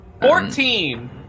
Fourteen